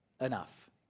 enough